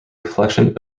reflection